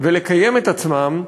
ולקיים את עצמם,